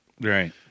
Right